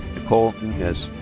nicole nunez.